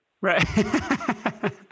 Right